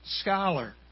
scholar